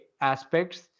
aspects